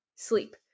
sleep